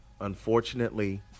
Unfortunately